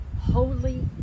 holy